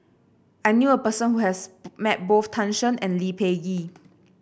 I knew a person who has met both Tan Shen and Lee Peh Gee